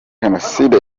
jenoside